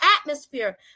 atmosphere